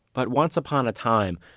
but once upon a time,